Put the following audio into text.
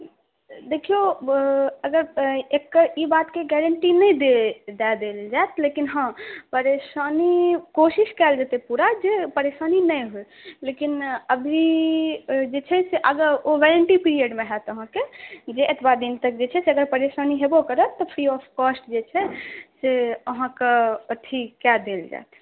देखियौ अगर एकर ई बातक गारण्टी नहि देल जायत लेकिन हँ परेशानी कोशिश कयल जेतै पूरा परेशानी नहि होइ लेकिन अभी जे छै से अगर ओ वारण्टी पिरियड होयत अहाँके जे एतबा दिन तक जे छै अगर परेशानी हेबो करत तऽ फ्री ऑफ़ कॉस्ट जे छै से अहाँके ठीक कऽ देल जायत